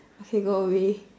okay go away